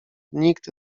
nikt